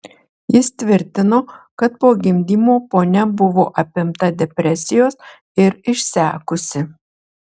jis tvirtino kad po gimdymo ponia buvo apimta depresijos ir išsekusi